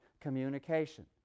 communication